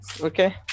Okay